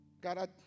God